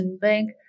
bank